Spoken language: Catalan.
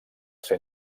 ser